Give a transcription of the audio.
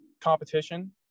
competition